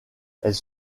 elles